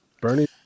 Bernie